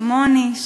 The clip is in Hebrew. כמוני.